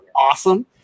awesome